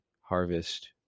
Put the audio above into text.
harvest